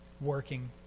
working